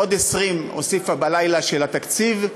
עוד הוסיפה בלילה של התקציב,